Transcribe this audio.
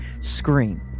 scream